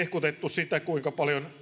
sitä kuinka